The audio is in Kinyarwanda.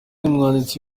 umwanditsi